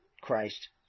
Christ